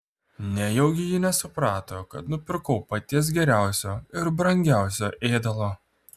nejaugi ji nesuprato kad nupirkau paties geriausio ir brangiausio ėdalo